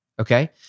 Okay